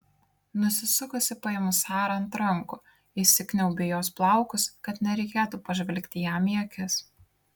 nusisukusi paimu sarą ant rankų įsikniaubiu į jos plaukus kad nereikėtų pažvelgti jam į akis